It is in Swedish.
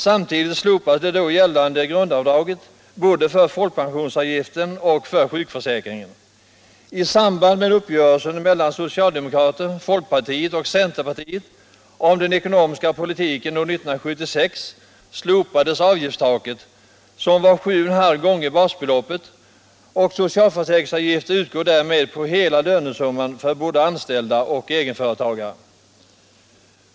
Samtidigt slopades det då gällande grundavdraget både för folkpensionsavgiften och för sjukförsäkringen. I samband med uppgörelsen mellan socialdemokraterna, folkpartiet och centerpartiet om den ekonomiska politiken för 1976 slopades avgiftstaket som var 7,5 gånger basbeloppet. Socialförsäkringsavgifter utgår därmed på hela lönesumman för både anställda och egenföretagare.